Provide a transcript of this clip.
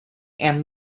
and